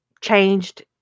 changed